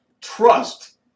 trust